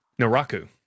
Naraku